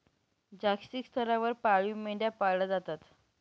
जागतिक स्तरावर पाळीव मेंढ्या पाळल्या जातात